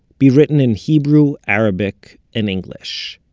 be written in hebrew, arabic and english.